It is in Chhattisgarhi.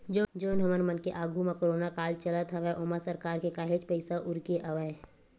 जउन हमर मन के आघू म कोरोना काल चलत हवय ओमा सरकार के काहेच पइसा उरके हवय